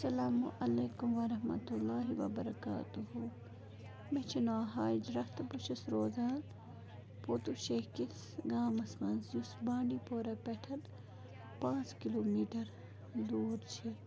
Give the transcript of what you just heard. اَلسلامُ علیکُم وَرحمتُہ للہِ وَبَرَکاتُہوٗ مےٚ چھِ ناو حاجِرہ تہٕ بہٕ چھَس روزان پوٗتوٗ شیخ کِس گامَس منٛز یُس بانٛڈی پوٗرا پٮ۪ٹھ پانٛژ کِلوٗ میٖٹَر دوٗر چھِ